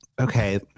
Okay